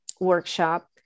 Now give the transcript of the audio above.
workshop